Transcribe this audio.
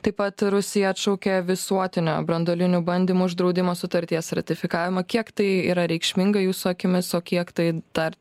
taip pat rusija atšaukė visuotinio branduolinių bandymų uždraudimo sutarties ratifikavimą kiek tai yra reikšminga jūsų akimis o kiek tai dar